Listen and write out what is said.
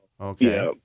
Okay